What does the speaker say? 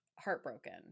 heartbroken